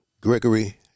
Gregory